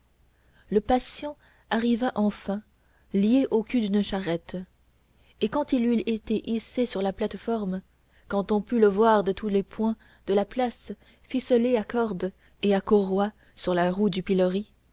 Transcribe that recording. le patient arriva enfin lié au cul d'une charrette et quand il eut été hissé sur la plate-forme quand on put le voir de tous les points de la place ficelé à cordes et à courroies sur la roue du pilori